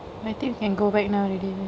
I think you can go back now already know